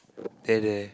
there there